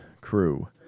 crew